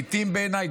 בעיניי,